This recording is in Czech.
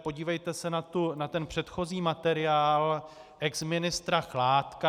Podívejte se na předchozí materiál exministra Chládka.